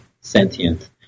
sentient